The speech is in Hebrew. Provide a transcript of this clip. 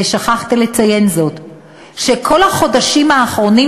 שכחתי לציין שכל החודשים האחרונים,